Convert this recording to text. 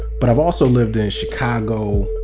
but i've also lived in chicago,